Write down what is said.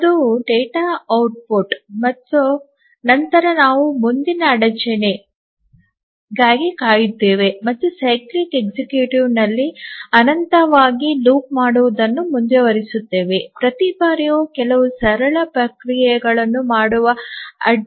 ಅದು data output ಮತ್ತು ನಂತರ ನಾವು ಮುಂದಿನ ಅಡಚಣೆಗಾಗಿ ಕಾಯುತ್ತೇವೆ ಮತ್ತು ಸೈಕ್ಲಿಕ್ ಎಕ್ಸಿಕ್ಯೂಟಿವ್ ಇಲ್ಲಿ ಅನಂತವಾಗಿ ಲೂಪ್ ಮಾಡುವುದನ್ನು ಮುಂದುವರಿಸುತ್ತೇವೆ ಪ್ರತಿ ಬಾರಿಯೂ ಕೆಲವು ಸರಳ ಪ್ರಕ್ರಿಯೆಗಳನ್ನು ಮಾಡುವ ಅಡ್ಡಿಪಡಿಸುವಿಕೆಗಾಗಿ ಕಾಯುತ್ತೇವೆ